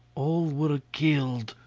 all were killed,